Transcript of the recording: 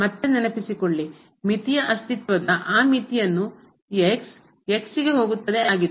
ಮತ್ತೆ ನೆನಪಿಸಿಕೊಳ್ಳಿ ಮಿತಿಯ ಅಸ್ತಿತ್ವದ ಆ ಮಿತಿಯನ್ನು x x ಗೆ ಹೋಗುತ್ತದೆ ಆಗಿತ್ತು